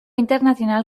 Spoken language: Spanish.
internacional